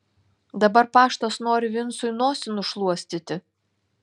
dabar paštas nori vincui nosį nušluostyti